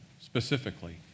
specifically